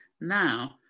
Now